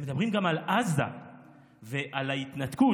הם מדברים גם על עזה ועל ההתנתקות.